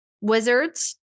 Wizards